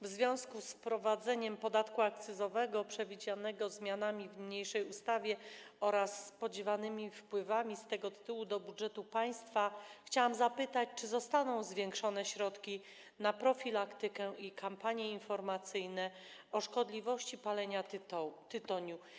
W związku z wprowadzeniem podatku akcyzowego, co przewidują zmiany w niniejszej ustawie, oraz spodziewanymi wpływami z tego tytułu do budżetu państwa chciałam zapytać, czy zostaną zwiększone środki na profilaktykę i kampanie informacyjne dotyczące szkodliwości palenia tytoniu.